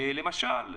למשל,